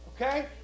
Okay